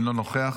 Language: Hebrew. אינו נוכח.